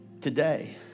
today